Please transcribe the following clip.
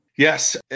Yes